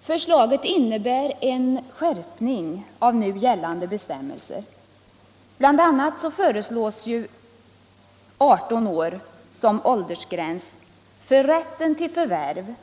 Förslaget innebär en skärpning av nu gällande bestämmelser. Bl. a. föreslås 18 år som åldersgräns för rätten till förvärv,